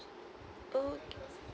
okay